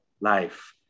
life